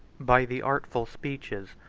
by the artful speeches,